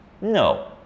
no